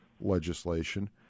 legislation